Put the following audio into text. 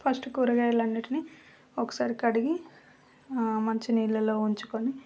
first కూరగాయలు అన్నిటిని ఒకసారి కడిగి మంచినీళ్ళలో ఉంచుకుని